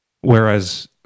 Whereas